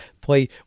play